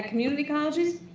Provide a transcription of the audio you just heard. community colleges,